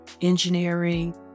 engineering